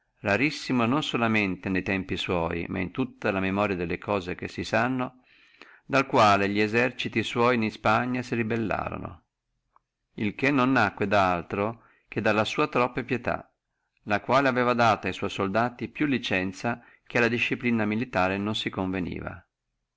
rarissimo non solamente ne tempi sua ma in tutta la memoria delle cose che si sanno dal quale li eserciti sua in ispagna si rebellorono il che non nacque da altro che dalla troppa sua pietà la quale aveva data a sua soldati più licenzia che alla disciplina militare non si conveniva